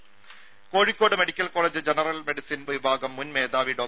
ദേഴ Kozhikode medical college general medicine വിഭാഗം മുൻ മേധാവി ഡോ